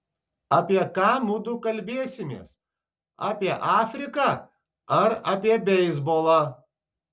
apie ką mudu kalbėsimės apie afriką ar apie beisbolą